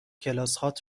کلاسهات